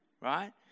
right